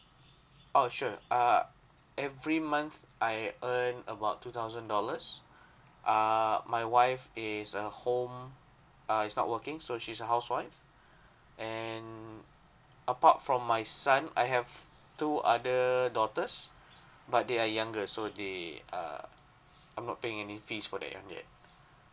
oh sure err every month I earn about two thousand dollars ah my wife is a home uh is not working so she's a housewife and apart from my son I have two other daughters but they are younger so they err I'm not paying any fees for that young yet